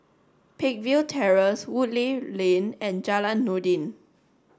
Peakville Terrace Woodleigh Lane and Jalan Noordin